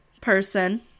person